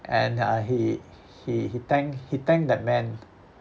and uh he he he thanked he thanked that man